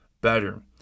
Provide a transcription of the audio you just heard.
better